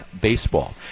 Baseball